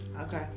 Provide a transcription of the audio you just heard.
Okay